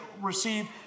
receive